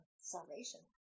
salvation